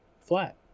flat